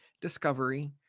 Discovery